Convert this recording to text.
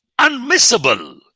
unmissable